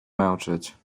męczyć